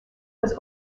was